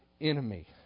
enemy